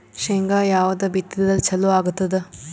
ಶೇಂಗಾ ಯಾವದ್ ಬಿತ್ತಿದರ ಚಲೋ ಆಗತದ?